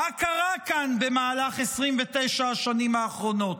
מה קרה כאן במהלך 29 השנים האחרונות?